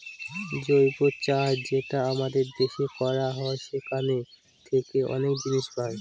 জৈব চাষ যেটা আমাদের দেশে করা হয় সেখান থাকে অনেক জিনিস পাই